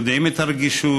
יודעים את הרגישות,